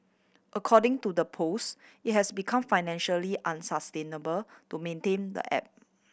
according to the post it has become financially unsustainable to maintain the app